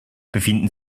befinden